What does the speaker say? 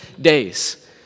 days